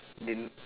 they